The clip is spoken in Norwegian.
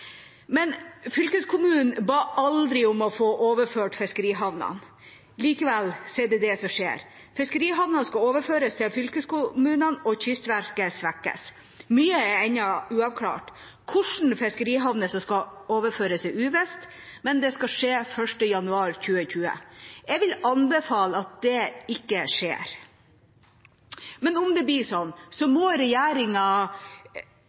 Men fylkeskommunen ba aldri om å få overført fiskerihavnene. Likevel er det det som skjer. Fiskerihavnene skal overføres til fylkeskommunene og Kystverket svekkes. Mye er ennå uavklart. Hvilke fiskerihavner som skal overføres, er uvisst, men det skal skje 1. januar 2020. Jeg vil anbefale at det ikke skjer. Men om det blir